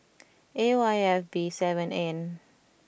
A Y F B seven N